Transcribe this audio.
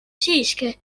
siiski